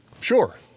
Sure